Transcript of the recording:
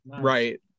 right